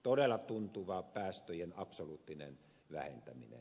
todella tuntuva päästöjen absoluuttinen vähentäminen